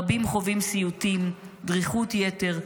רבים חווים סיוטים, דריכות יתר,